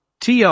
TR